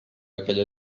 aquella